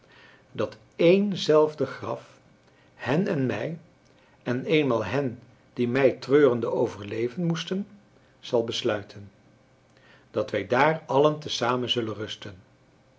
dat één zelfde graf hen en mij en eenmaal hen die mij treurende overleven moesten zal besluiten dat wij daar allen te zamen zullen rusten